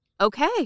Okay